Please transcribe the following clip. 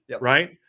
Right